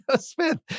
Smith